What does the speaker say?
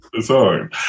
Sorry